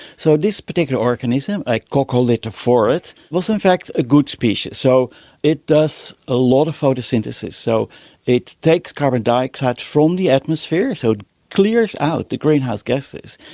so this particular organism, a coccolithophorid, was in fact a good species. so it does a lot of photosynthesis, so it takes carbon dioxide from the atmosphere, so it clears out the greenhouse gases,